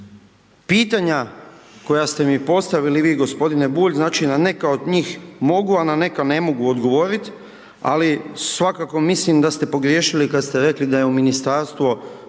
pitanja koja ste mi postavili vi gospodine Bulj, znači na neka od njih mogu a na neka ne mogu odgovoriti ali svakako mislim da ste pogriješili kada ste rekli da je u Ministarstvo